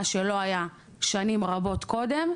מה שלא היה שנים רבות קודם,